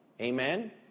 Amen